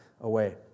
away